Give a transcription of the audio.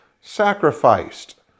sacrificed